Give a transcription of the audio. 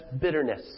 bitterness